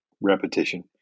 repetition